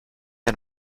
ein